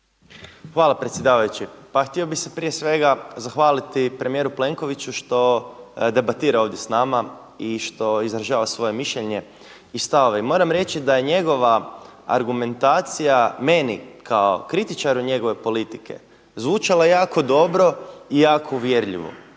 Hvala predsjedavajući. Pa htio bi se prije svega zahvaliti premijeru Plenkoviću što debatira ovdje s nama i što izražava svoje mišljenje i stavove. I moram reći da je njegova argumentacija meni kao kritičaru njegove politike zvučala jako dobro i jako uvjerljivo.